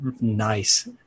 nice